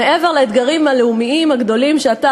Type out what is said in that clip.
מעבר לאתגרים הבין-לאומיים הגדולים שאתה